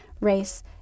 race